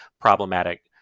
problematic